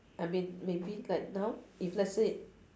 I mean maybe like now if let's say